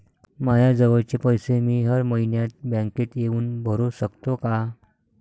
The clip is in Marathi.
मायाजवळचे पैसे मी हर मइन्यात बँकेत येऊन भरू सकतो का?